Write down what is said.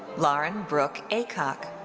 lauren brook aycock.